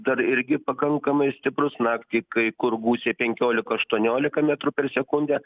dar irgi pakankamai stiprus naktį kai kur gūsiai penkiolika aštuoniolika metrų per sekundę